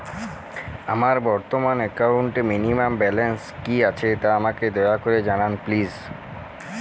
আমার বর্তমান একাউন্টে মিনিমাম ব্যালেন্স কী আছে তা আমাকে দয়া করে জানান প্লিজ